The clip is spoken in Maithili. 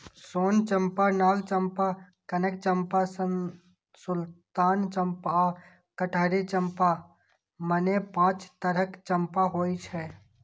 सोन चंपा, नाग चंपा, कनक चंपा, सुल्तान चंपा आ कटहरी चंपा, मने पांच तरहक चंपा होइ छै